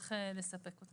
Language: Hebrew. שצריך לספק לו אותם.